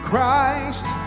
Christ